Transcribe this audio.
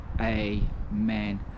amen